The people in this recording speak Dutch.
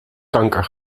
kanker